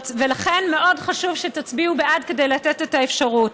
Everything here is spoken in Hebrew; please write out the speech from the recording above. ולכן מאוד חשוב שתצביעו בעד כדי לתת את האפשרות.